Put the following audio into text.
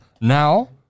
Now